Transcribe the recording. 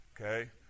okay